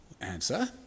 Answer